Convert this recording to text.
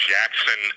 Jackson